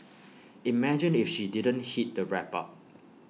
imagine if she didn't heat the wrap up